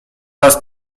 raz